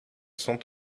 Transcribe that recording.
sont